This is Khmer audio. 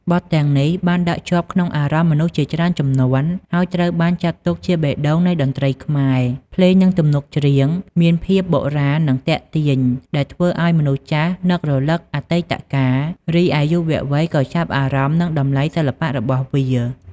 បទទាំងនេះបានដក់ជាប់ក្នុងអារម្មណ៍មនុស្សជាច្រើនជំនាន់ ហើយត្រូវបានចាត់ទុកជាបេះដូងនៃតន្ត្រីខ្មែរ ភ្លេងនិងទំនុកច្រៀងមានភាពបុរាណនិងទាក់ទាញ ដែលធ្វើឱ្យមនុស្សចាស់នឹករលឹកអតីតកាល រីឯយុវវ័យក៏ចាប់អារម្មណ៍នឹងតម្លៃសិល្បៈរបស់វា។